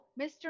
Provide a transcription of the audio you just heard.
Mr